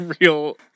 real